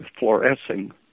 fluorescing